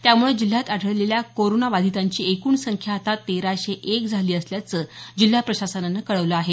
त्यामुळे जिल्ह्यात आढळलेल्या कोरोनाबाधितांची एकूण संख्या आता तेराशे एक झाली असल्याचं जिल्हा प्रशासनानं कळवलं आहे